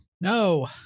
No